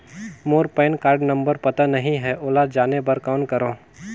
मोर PAN card number पता नहीं है, ओला जाने बर कौन करो?